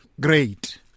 Great